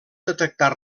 detectar